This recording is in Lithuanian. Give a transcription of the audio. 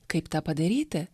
kaip tą padaryti